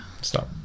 stop